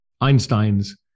Einstein's